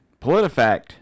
PolitiFact